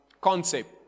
concept